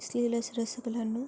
sleeveless ಡ್ರೆಸ್ಸಗಳನ್ನು